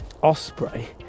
osprey